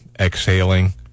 exhaling